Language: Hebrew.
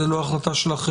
זו לא החלטת של החברה,